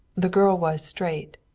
the girl was straight.